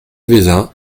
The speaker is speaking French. vezin